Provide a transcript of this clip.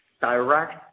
direct